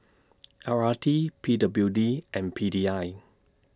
L R T P W D and P D I